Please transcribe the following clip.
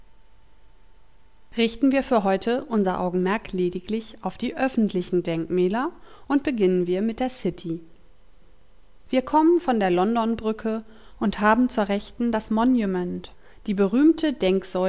richten wir für heute unser augenmerk lediglich auf die öffentlichen denkmäler und beginnen wir mit der city wir kommen von der londonbrücke und haben zur rechten das monument die berühmte